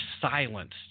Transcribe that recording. silenced